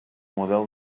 model